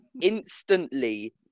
instantly